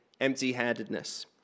empty-handedness